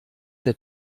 der